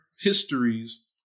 histories